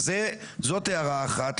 איזה גזענות?